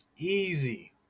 easy